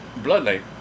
bloodline